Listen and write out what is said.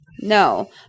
No